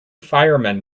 firemen